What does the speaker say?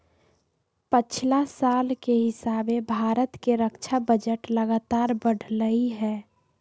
पछिला साल के हिसाबे भारत के रक्षा बजट लगातार बढ़लइ ह